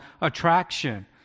attraction